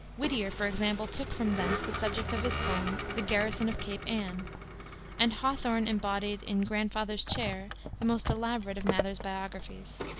whittier, for example, took from thence the subject of his poem the garrison of cape anne and hawthorne embodied in grandfather's chair the most elaborate of mather's biographies.